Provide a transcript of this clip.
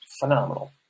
phenomenal